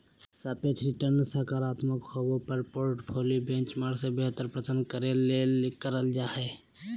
सापेक्ष रिटर्नसकारात्मक होबो पर पोर्टफोली बेंचमार्क से बेहतर प्रदर्शन करे ले करल जा हइ